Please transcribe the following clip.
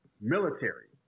Military